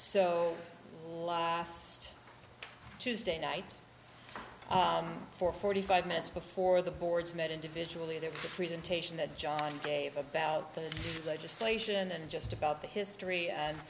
so last tuesday night for forty five minutes before the boards met individually there was a presentation that john gave about the legislation and just about the history and